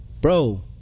bro